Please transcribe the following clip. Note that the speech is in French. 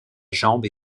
jambe